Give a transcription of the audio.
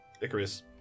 Icarus